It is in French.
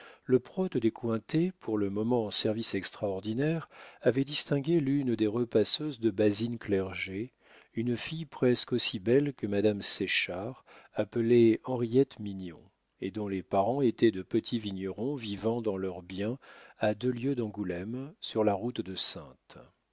le prote des cointet pour le moment en service extraordinaire avait distingué l'une des repasseuses de basine clerget une fille presque aussi belle que madame séchard appelée henriette mignon et dont les parents étaient de petits vignerons vivant dans leur bien à deux lieues d'angoulême sur la route de saintes